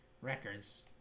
records